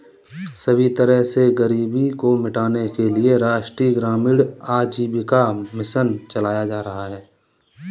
सभी तरह से गरीबी को मिटाने के लिये राष्ट्रीय ग्रामीण आजीविका मिशन चलाया जा रहा है